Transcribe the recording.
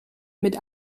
mit